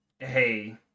Hey